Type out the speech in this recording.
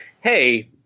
hey